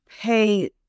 pay